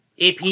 AP